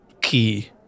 key